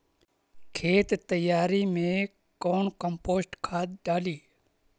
खेत तैयारी मे कौन कम्पोस्ट खाद डाली?